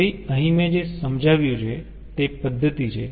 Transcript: તેથી અહીં મેં જે સમજાવ્યું તે પદ્ધતિ છે